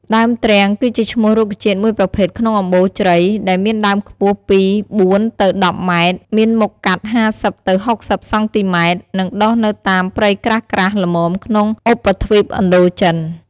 ដើមទ្រាំងគឺជាឈ្មោះរុក្ខជាតិមួយប្រភេទក្នុងអំបូរជ្រៃ ដែលមានដើមខ្ពស់ពី ៤ ទៅ ១០ ម៉ែត្រ មានមុខកាត់ ៥០ ទៅ ៦០ សង់ទីម៉ែត្រ និងដុះនៅតាមព្រៃក្រាស់ៗល្មមក្នុងឧបទ្វីបឥណ្ឌូចិន។